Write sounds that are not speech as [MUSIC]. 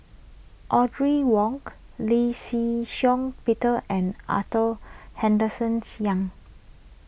Audrey Wong Lee Shih Shiong Peter and Arthur Henderson [NOISE] Young